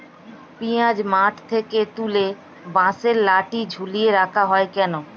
পিঁয়াজ মাঠ থেকে তুলে বাঁশের লাঠি ঝুলিয়ে রাখা হয় কেন?